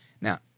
Now